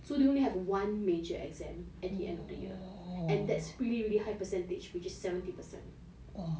so they only have one major exam at the end of the year and that's really really high percentage which is seventy percent